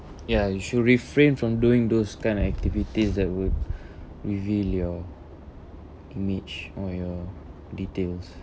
ya you should refrain from doing those kind of activities that would reveal your image or your details